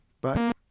Bye